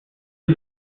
you